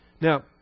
Now